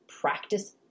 practice